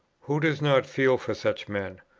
who does not feel for such men?